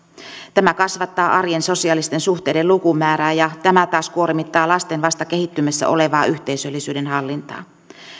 tämä kasvattaa arjen sosiaalisten suhteiden lukumäärää ja tämä taas kuormittaa lasten vasta kehittymässä olevaa yhteisöllisyyden hallintaa